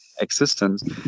existence